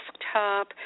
desktop